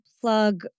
plug